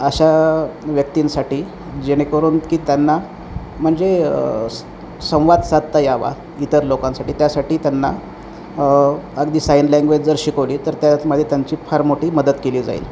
अशा व्यक्तींसाठी जेणेकरून की त्यांना म्हणजे संवाद साधता यावा इतर लोकांसाठी त्यासाठी त्यांना अगदी साइन लँग्वेज जर शिकवली तर त्यामध्ये त्यांची फार मोठी मदत केली जाईल